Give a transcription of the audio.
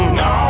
no